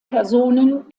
personen